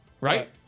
Right